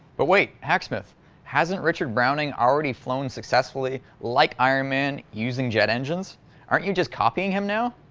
but weight hack smith hasn't richard browning already flown successfully like iron man using jet engines aren't you just copying him now?